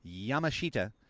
Yamashita